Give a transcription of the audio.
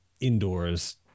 indoors